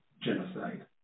genocide